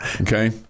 okay